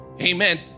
Amen